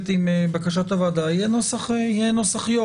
עם בקשת הוועדה - יהיה נוסח יו"ר.